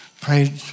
prayed